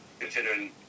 Considering